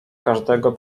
każdego